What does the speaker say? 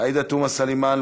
עאידה תומא סלימאן,